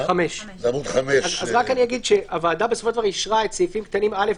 רק אגיד שהוועדה בסופו של דבר אישרה את סעיפים קטנים (א),